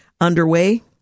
underway